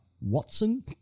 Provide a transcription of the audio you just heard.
Watson